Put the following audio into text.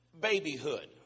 babyhood